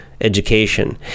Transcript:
education